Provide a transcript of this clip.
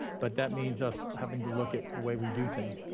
but that means us having to look at the way we do things.